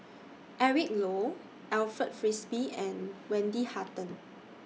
Eric Low Alfred Frisby and Wendy Hutton